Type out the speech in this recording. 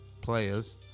Players